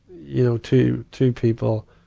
you know, two, two people,